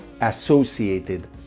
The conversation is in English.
associated